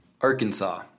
Arkansas